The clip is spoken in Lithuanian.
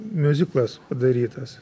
miuziklas darytas